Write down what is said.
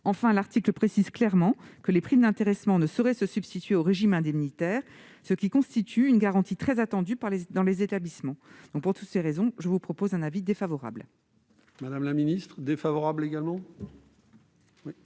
Enfin, l'article précise clairement que les primes d'intéressement ne sauraient se substituer au régime indemnitaire. Cela constitue une garantie très attendue dans les établissements. Pour toutes ces raisons, la commission émet un avis défavorable sur cet amendement.